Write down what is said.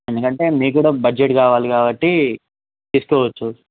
ఎందుకంటే మీకు కూడా బడ్జెట్ కావాలి కాబట్టి తీసుకోవచ్చు